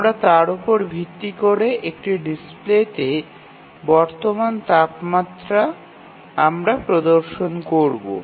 আমরা তার উপর ভিত্তি করে একটি ডিসপ্লেতে বর্তমান তাপমাত্রাটি প্রদর্শন করবো